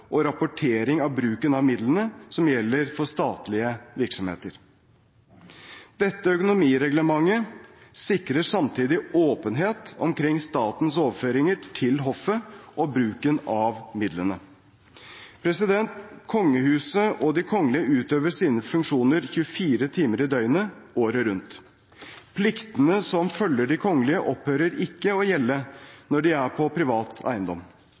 og rapportering av bruken av midlene som gjelder for statlige virksomheter. Dette økonomireglementet sikrer samtidig åpenhet omkring statens overføringer til hoffet og bruken av midlene. Kongehuset og de kongelige utøver sine funksjoner 24 timer i døgnet, året rundt. Pliktene som følger de kongelige, opphører ikke å gjelde når de er på privat eiendom.